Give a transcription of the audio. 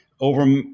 Over